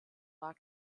war